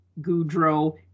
Goudreau